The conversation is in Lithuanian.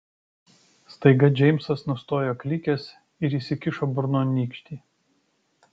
staiga džeimsas nustojo klykęs ir įsikišo burnon nykštį